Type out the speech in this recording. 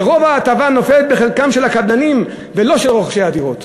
ורוב ההטבה נופלת בחלקם של הקבלנים ולא של רוכשי הדירות.